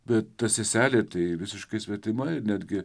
bet ta seselė tai visiškai svetima ir netgi